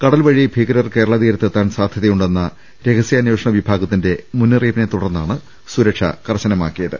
കടൽവഴി ഭീകരർ കേരള തീരത്ത് എത്താൻ സാധ്യതയുണ്ടെന്ന രഹസ്യാന്വേഷണ വിഭാഗത്തിന്റെ മുന്നറി യിപ്പിനെത്തുടർന്നാണ് സുരക്ഷ കർശനമാക്കിയത്